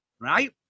right